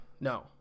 No